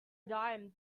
dime